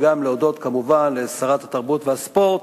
וגם להודות כמובן לשרת התרבות והספורט,